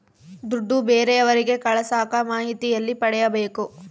ದುಡ್ಡು ಬೇರೆಯವರಿಗೆ ಕಳಸಾಕ ಮಾಹಿತಿ ಎಲ್ಲಿ ಪಡೆಯಬೇಕು?